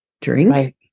drink